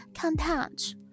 content